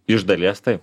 iš dalies taip